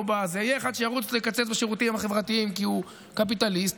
יהיה אחד שירוץ לקצץ בשירותים החברתיים כי הוא קפיטליסט,